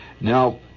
Now